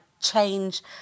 change